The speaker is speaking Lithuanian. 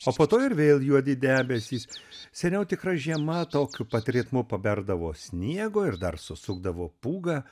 o po to ir vėl juodi debesys seniau tikra žiema tokiu pat ritmu paberdavo sniego ir dar susukdavo pūgą